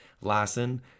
lassen